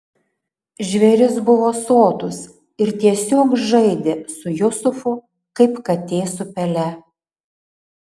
žvėris buvo sotus ir tiesiog žaidė su jusufu kaip katė su pele